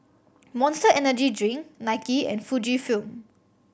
Monster Energy Drink Nike and Fujifilm